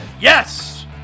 Yes